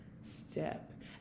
step